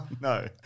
No